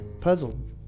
puzzled